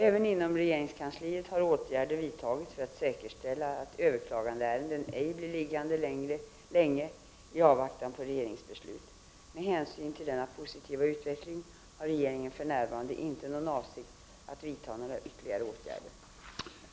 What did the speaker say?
Även inom regeringskansliet har åtgärder vidtagits för att säkerställa att överklagandeärenden ej blir liggande länge i avvaktan på regeringsbeslut. Med hänsyn till denna positiva utveckling har regeringen inte för närvarande någon avsikt att vidta några ytterligare åtgärder.